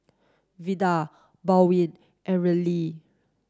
Vidal Baldwin and Raelynn